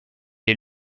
est